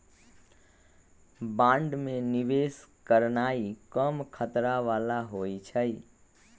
bond में निवेश करनाइ कम खतरा बला होइ छइ